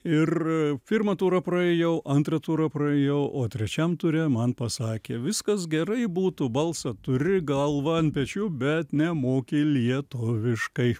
ir pirmą turą praėjau antrą turą praėjau o trečiam ture man pasakė viskas gerai būtų balsą turi galvą ant pečių bet nemoki lietuviškai